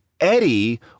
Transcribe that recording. Eddie